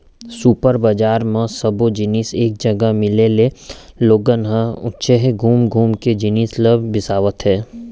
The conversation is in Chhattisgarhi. सुपर बजार म सब्बो जिनिस एके जघा मिले ले लोगन ह उहेंच घुम घुम के जिनिस ल बिसावत हे